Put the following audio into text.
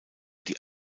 die